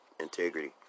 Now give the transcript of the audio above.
integrity